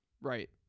Right